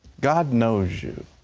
god knows you.